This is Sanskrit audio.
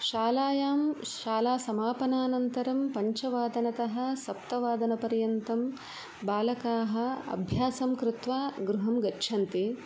शालायां शालासमापनानन्तरं पञ्चवादनतः सप्तवादनपर्यन्तं बालकाः अभ्यासं कृत्वा गृहं गच्छन्ति